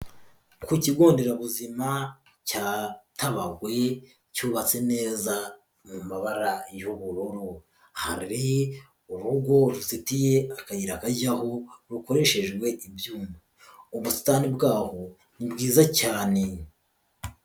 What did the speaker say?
Ku kigo nderabuzima cya Tabagwe cyubatse neza mu mabara y'ubururu, hari urugo ruzitiye akayira kajyaho rukoreshejwe ibyuma, ubusitani bwaho ni bwiza cyane.